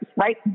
right